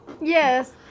yes